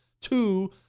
Two